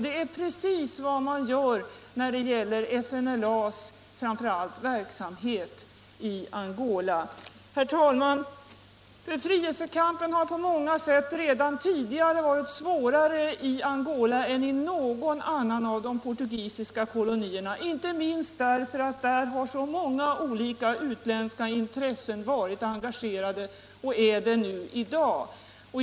Det är precis vad man gör framför allt när det gäller FNLA:s verksamhet i Angola. Herr talman! Befrielsekampen har på många sätt redan tidigare varit svårare i Angola än i någon annan av de portugisiska kolonierna — inte minst därför att många olika utländska intressen där har varit engagerade —- och är det i dag.